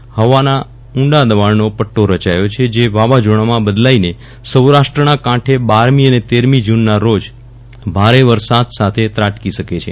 દૂર હવાના ઉંડા દબાજ્ઞનો પટ્ટો રચાયો છે જે વાવાઝોડામાં બદલાઇને સૌરાષ્ટ્રના કાંઠે બારમી અને તેરમી જુનના રોજ ભારે વરસાદ સાથે ત્રાટકી શકે છે